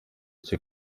icyo